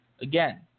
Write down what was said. Again